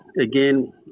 again